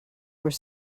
were